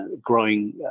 growing